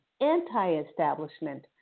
anti-establishment